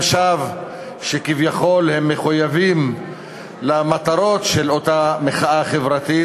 שווא שכביכול הם מחויבים למטרות של אותה מחאה חברתית,